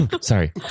Sorry